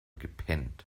gepennt